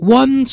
one